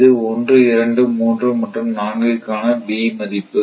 இது யூனிட் 1 2 3 மற்றும் 4 காண b மதிப்பு